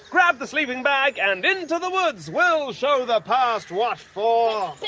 grab the sleeping bag, and into the woods! we'll show the past what for!